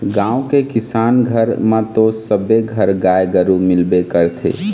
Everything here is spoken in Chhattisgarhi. गाँव के किसान घर म तो सबे घर गाय गरु मिलबे करथे